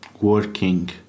working